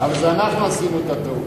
אנחנו עשינו את הטעות.